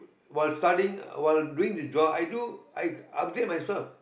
while studying while doing the job i do I upgrade myself